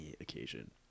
occasion